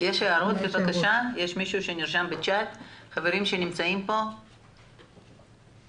יש הערות למי מן החברים שנמצאים פה או למי שנמצא בזום?